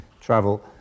travel